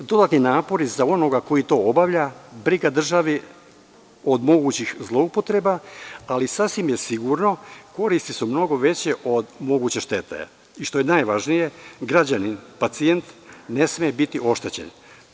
Dodatni napori za onoga koji to obavlja, briga države od mogućih zloupotreba, ali sasvim je sigurno koristi su mnogo veće od moguće štete i što je najvažnije građanin, pacijent, ne sme biti oštećen.